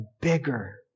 bigger